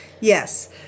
Yes